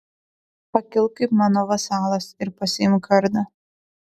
pakilk kaip mano vasalas ir pasiimk kardą